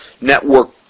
Network